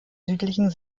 südlichen